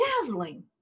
dazzling